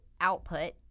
output